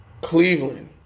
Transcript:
Cleveland